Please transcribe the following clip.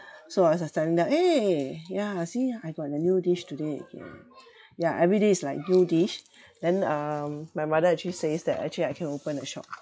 so as I was telling them eh yeah see I got a new dish today again ya every day is like new dish then um my mother actually says that actually I can open a shop